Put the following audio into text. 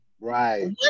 right